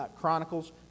Chronicles